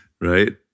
right